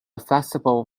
flexible